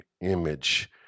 image